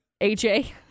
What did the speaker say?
AJ